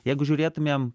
jeigu žiūrėtumėm